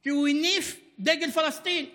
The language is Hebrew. כי הוא הניף דגל פלסטין באל-קודס.